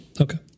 Okay